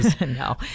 No